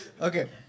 Okay